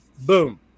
boom